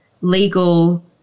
legal